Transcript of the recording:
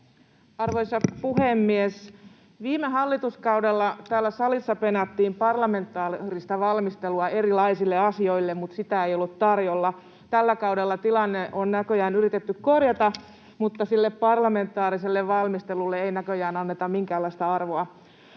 Arvoisa puhemies! Viime hallituskaudella täällä salissa penättiin parlamentaarista valmistelua erilaisille asioille, mutta sitä ei ollut tarjolla. Tällä kaudella tilannetta on näköjään yritetty korjata, mutta parlamentaariselle valmistelulle ei näköjään anneta minkäänlaista arvoa.